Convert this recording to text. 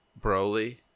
broly